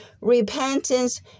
repentance